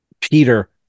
Peter